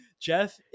Jeff